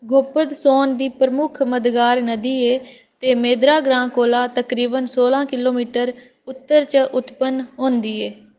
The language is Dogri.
गोपद सोन दी प्रमुख मददगार नदी ऐ ते मेद्रा ग्रांऽ कोला तकरीबन सोलां किलो मीटर उत्तर च उत्पन्न होंदी ऐ